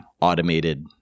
automated